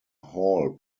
hall